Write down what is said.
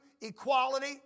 equality